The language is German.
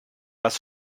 was